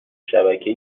شبکهای